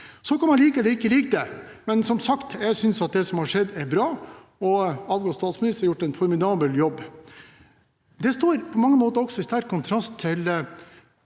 Så kan man like eller ikke like det. Som sagt synes jeg det som har skjedd, er bra, og den avgåtte statsministeren har gjort en formidabel jobb. Det står på mange måter også i sterk kontrast til